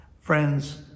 Friends